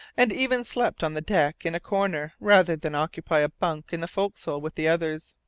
and even slept on the deck, in a corner, rather than occupy a bunk in the forecastle with the others.